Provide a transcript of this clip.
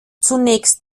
zunächst